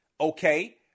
okay